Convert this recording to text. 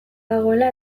dagoela